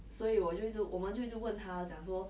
like R_V stuff ah